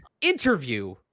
interview